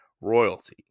royalty